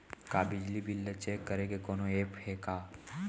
का बिजली बिल ल चेक करे के कोनो ऐप्प हे का?